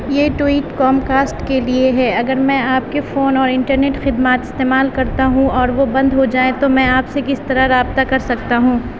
یہ tweet Comcast کے لیے ہے اگر میں آپ کے فون اور انٹرنیٹ خدمات استعمال کرتا ہوں اور وہ بند ہو جائیں تو میں آپ سے کس طرح رابطہ کر سکتا ہوں